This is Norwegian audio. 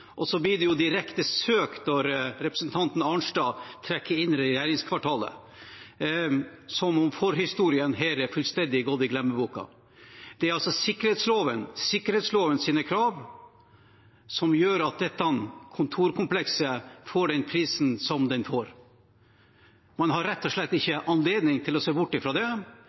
Så blir det direkte søkt når representanten Arnstad trekker inn regjeringskvartalet, som om forhistorien her har fullstendig gått i glemmeboka. Det er sikkerhetslovens krav som gjør at dette kontorkomplekset får den prisen det får. Man har rett og slett ikke anledning til å se bort fra det.